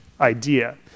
idea